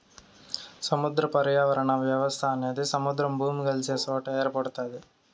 సముద్ర పర్యావరణ వ్యవస్థ అనేది సముద్రము, భూమి కలిసే సొట ఏర్పడుతాది